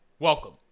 Welcome